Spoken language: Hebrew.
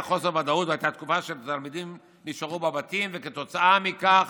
היה חוסר ודאות והייתה תקופה שהתלמידים נשארו בבתים וכתוצאה מכך